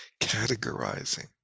categorizing